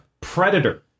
Predator